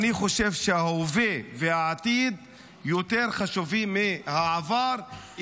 אני חושב שההווה והעתיד יותר חשובים מהעבר,